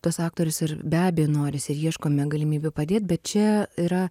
tuos aktorius ir be abejo norisi ir ieškome galimybių padėt bet čia yra